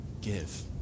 give